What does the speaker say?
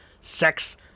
sex